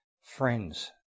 friends